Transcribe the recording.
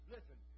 Listen